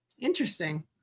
Interesting